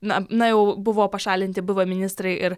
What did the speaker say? na na jau buvo pašalinti buvę ministrai ir